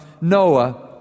Noah